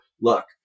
look